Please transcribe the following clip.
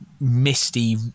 misty